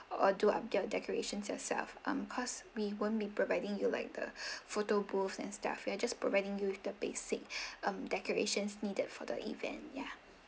or do up the all decorations yourself um because we won't be providing you like the photo booth and stuff we'll just providing you with the basic um decorations needed for the event yeah